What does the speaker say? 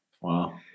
Wow